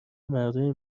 مردای